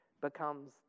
becomes